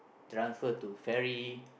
transfer to ferry